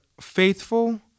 faithful